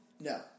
No